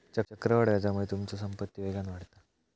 चक्रवाढ व्याजामुळे तुमचो संपत्ती वेगान वाढता